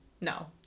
No